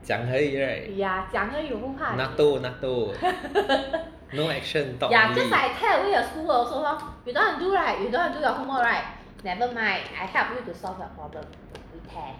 讲而已 right NATO NATO no action talk only